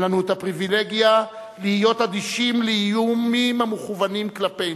אין לנו הפריווילגיה להיות אדישים לאיומים המכוונים כלפינו.